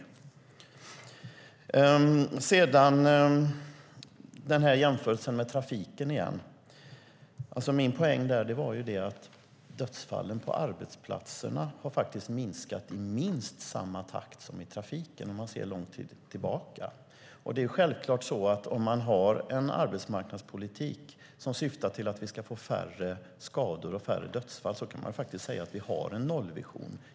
När det sedan gäller jämförelsen med trafiken, igen, var min poäng att dödsfallen på arbetsplatserna faktiskt har minskat i minst samma takt som dödsfallen i trafiken om man ser lång tid tillbaka. Det är självklart så att man kan säga att vi, om vi har en arbetsmarknadspolitik som syftar till att vi ska få färre skador och dödsfall, har en nollvision.